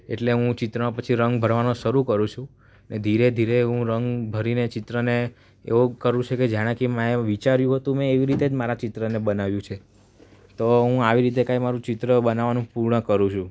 એટલે હું ચિત્રમાં પછી રંગ ભરવાનો શરૂ કરું છું ને ધીરે ધીરે હું રંગ ભરીને ચિત્રને એવું કરું છું કે જાણે કે મેં એવું વિચાર્યું હતું મેં એવી રીતે જ મારા ચિત્રને બનાવ્યું છે તો હું આવી રીતે કાંઇ મારૂં ચિત્ર બનાવવાનું પૂર્ણ કરું છું